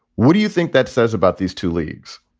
what do you think that says about these two leagues?